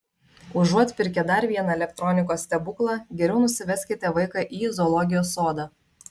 užuot pirkę dar vieną elektronikos stebuklą geriau nusiveskite vaiką į zoologijos sodą